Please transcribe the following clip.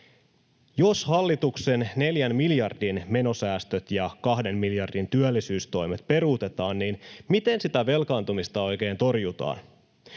Jos hallituksen neljän miljardin menosäästöt ja kahden miljardin työllisyystoimet peruutetaan, niin miten sitä velkaantumista oikein torjutaan?